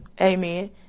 Amen